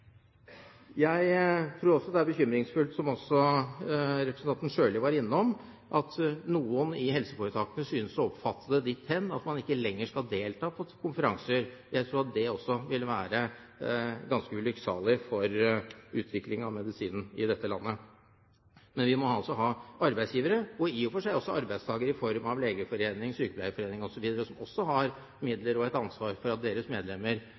Jeg tror også det er bekymringsfullt, som representanten Sjøli var innom, at noen i helseforetakene synes å oppfatte det dit hen at man ikke lenger skal delta på konferanser. Jeg tror at det også vil være ganske ulykksalig for utviklingen av medisinen i dette landet. Men vi må ha arbeidsgivere, og i og for seg også arbeidstakere i form av legeforening, sykepleierforening osv., som har midler og et ansvar for at deres medlemmer